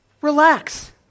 Relax